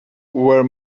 were